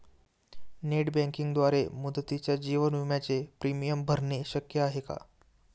Net बँकिंगद्वारे मुदतीच्या जीवन विम्याचे प्रीमियम भरणे शक्य आहे का?